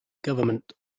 government